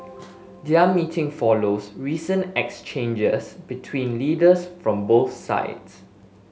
their meeting follows recent exchanges between leaders from both sides